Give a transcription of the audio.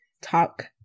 talk